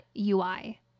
UI